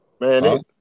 man